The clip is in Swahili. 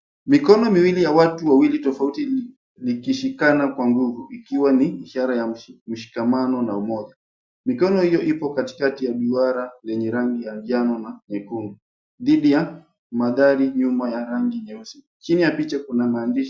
Mikono miwili ya watu wawili tofauti likishikana kwa nguvu, ikiwa ni ishara ya mshikamano na umoja. Mikono hiyo ipo katikati ya duara lenye rangi ya njano na nyekundu, dhidi ya magari nyuma ya rangi nyeusi. Chini ya picha kuna maandishi.